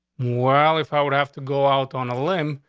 well, if i would have to go out on a limb,